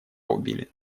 убили